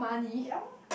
ye